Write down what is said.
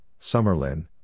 Summerlin